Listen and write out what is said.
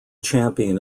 champion